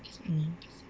mm